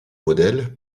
modèle